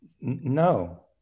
No